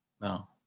no